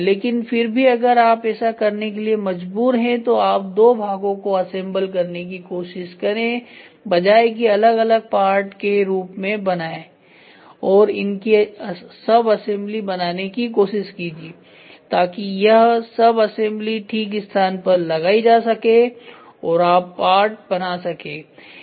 लेकिन फिर भी अगर आप ऐसा करने के लिए मजबूर है तो आप दो भागों को असेंबल करने की कोशिश करें बजाए की अलग अलग पार्ट के रूप में बनाए और इनकी सबअसेंबली बनाने की कोशिश कीजिए ताकि यह सब असेंबली ठीक स्थान पर लगाई जा सके और आप पार्ट बना सके